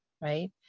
right